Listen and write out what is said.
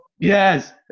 yes